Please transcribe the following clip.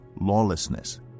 lawlessness